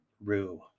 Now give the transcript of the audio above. rue